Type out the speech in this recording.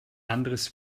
anderes